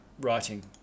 writing